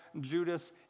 Judas